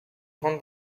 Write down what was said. grande